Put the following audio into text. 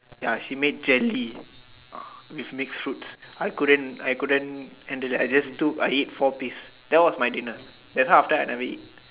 ya she made jelly uh with mixed fruits I couldn't I couldn't handle that I just took I eat four piece that was my dinner that's why after that I never eat